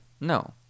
no